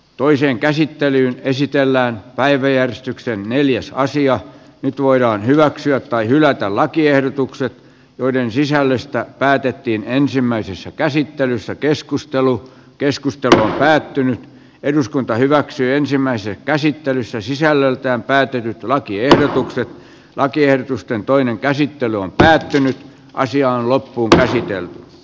toiseen käsittelyyn esitellään päiväjärjestykseen neljässä nyt voidaan hyväksyä tai hylätä lakiehdotukset joiden sisällöstä päätettiin ensimmäisessä käsittelyssä keskustelu keskustelu on päättynyt eduskunta hyväksyi ensimmäisen käsittelyssä sisällöltään päätetyt lakiehdotukset lakiehdotusten toinen käsittely on päättynyt naisia on loppuunkäsitelty